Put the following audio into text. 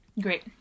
Great